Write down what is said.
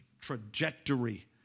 trajectory